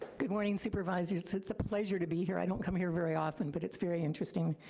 good morning, supervisors, it's it's a pleasure to be here. i don't come here very often, but it's very interesting.